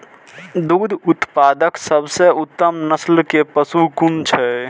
दुग्ध उत्पादक सबसे उत्तम नस्ल के पशु कुन छै?